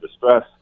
distress